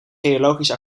geologisch